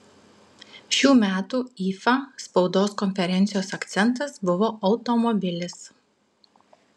šių metų ifa spaudos konferencijos akcentas buvo automobilis